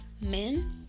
men